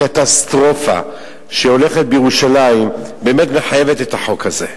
הקטסטרופה שהולכת בירושלים באמת מחייבת את החוק הזה.